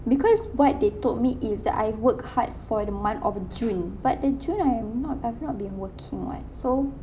because what they told me is that I've work hard for the month of june but the june I'm not I've not been working [what] so